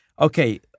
okay